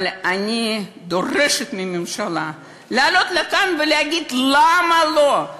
אבל אני דורשת מהממשלה לעלות לכאן ולהגיד למה לא.